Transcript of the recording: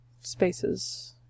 spaces